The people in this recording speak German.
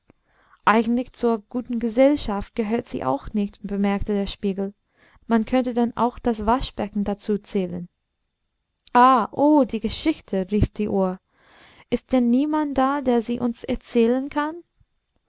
eigentlich zur guten gesellschaft gehört sie auch nicht bemerkte der spiegel man könnte dann auch das waschbecken dazu zählen ah oh die geschichte rief die uhr ist denn niemand da der sie uns erzählen kann